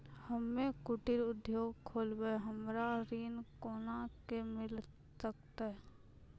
हम्मे कुटीर उद्योग खोलबै हमरा ऋण कोना के मिल सकत?